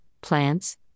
plants